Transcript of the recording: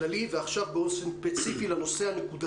ואני חושבת שהם היו צריכים להמשיך לקבל את